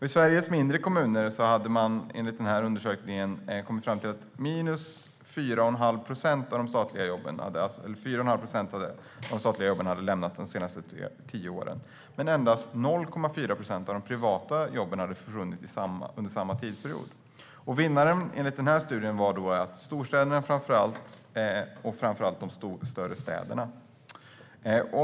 I Sveriges mindre kommuner, visade undersökningen, hade 4 1⁄2 procent av de statliga jobben försvunnit de senaste tio åren medan endast 0,4 procent av de privata jobben försvunnit under samma tidsperiod. Vinnarna var enligt studien storstäderna och, framför allt, de övriga större städerna.